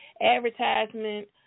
Advertisement